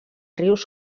rius